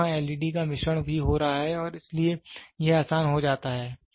आज वहाँ एलईडी का मिश्रण भी हो रहा है और इसलिए यह आसान हो जाता है